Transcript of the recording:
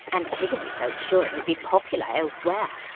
antigone felt sure they'd be popular elsewhere.